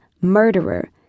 murderer